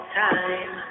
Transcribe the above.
time